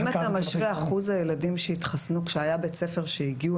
אם אתה משווה אחוז הילדים שהתחסנו כשהיה בית ספר שהגיעו